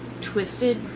twisted